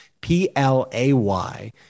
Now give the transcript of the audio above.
P-L-A-Y